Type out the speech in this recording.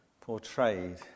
portrayed